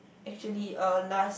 actually uh last